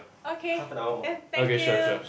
okay can thank you